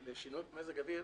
לשינויים במזג אוויר,